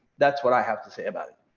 that's what i have to say about